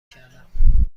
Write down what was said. کردم